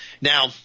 Now